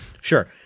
Sure